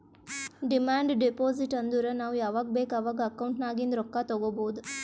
demand deposit ಅಂದುರ್ ನಾವ್ ಯಾವಾಗ್ ಬೇಕ್ ಅವಾಗ್ ಅಕೌಂಟ್ ನಾಗಿಂದ್ ರೊಕ್ಕಾ ತಗೊಬೋದ್